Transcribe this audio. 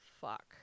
fuck